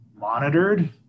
monitored